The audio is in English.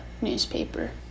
newspaper